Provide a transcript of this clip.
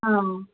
ಹಾಂ